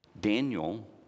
Daniel